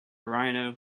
rhino